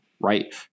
right